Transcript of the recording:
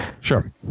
sure